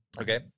Okay